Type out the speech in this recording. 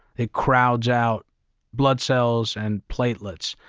it crowds out blood cells and platelets.